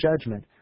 judgment